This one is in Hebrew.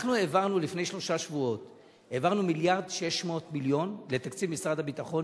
לפני שלושה שבועות העברנו 1.6 מיליארד לתקציב משרד הביטחון